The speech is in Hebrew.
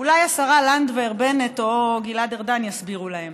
אולי השרה לנדבר, בנט או גלעד ארדן יסבירו להם.